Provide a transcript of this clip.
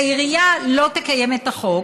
העירייה לא תקיים את החוק,